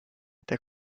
der